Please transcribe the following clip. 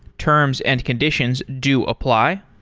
terms and conditions do apply.